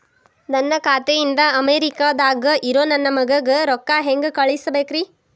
ನನ್ನ ಖಾತೆ ಇಂದ ಅಮೇರಿಕಾದಾಗ್ ಇರೋ ನನ್ನ ಮಗಗ ರೊಕ್ಕ ಹೆಂಗ್ ಕಳಸಬೇಕ್ರಿ?